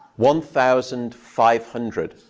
one thousand five hundred.